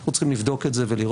אנחנו צריכים לבדוק את זה ולראות.